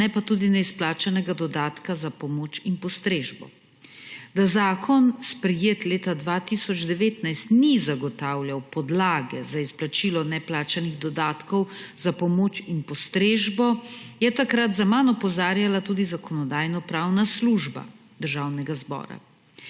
ne pa tudi neizplačanega dodatka za pomoč in postrežbo. Da zakon, sprejet leta 2019, ni zagotavljal podlage za izplačilo neplačanih dodatkov za pomoč in postrežbo, je takrat zaman opozarjala tudi Zakonodajno-pravna služba Državnega zbora.